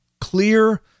clear